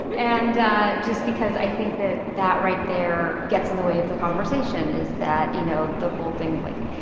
and just because i think that that right there gets in the way of the conversation is that, you know, the whole thing of, like,